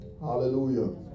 Hallelujah